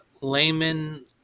Layman